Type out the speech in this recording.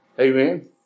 Amen